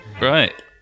right